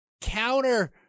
counter